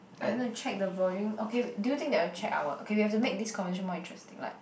I gonna check the volume okay do you think they will check our okay we have to make this conversation more interesting like